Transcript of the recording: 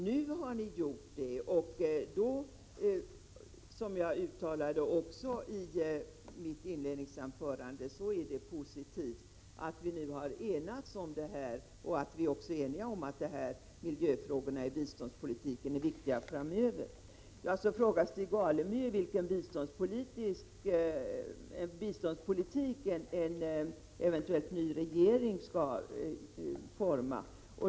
Nu har ni gjort det, och då är det - som jag uttalade i mitt inledningsanförande — positivt att vi har enats om saken och kan vara ense om att miljöfrågorna i biståndspolitiken är viktiga. Stig Alemyr frågar vilken biståndspolitik en eventuell ny regering skall forma.